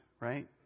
right